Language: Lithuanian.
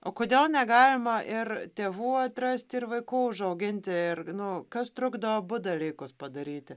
o kodėl negalima ir tėvų atrasti ir vaikų užauginti ir nu kas trukdo abu dalykus padaryti